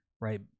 right